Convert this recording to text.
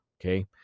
Okay